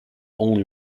only